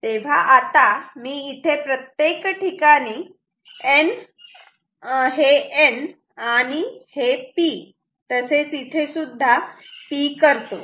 तेव्हा आता मी इथे प्रत्येक ठिकाणी हे N आणि हे P तसेच इथेसुद्धा p करतो